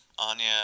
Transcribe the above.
Anya